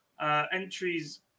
Entries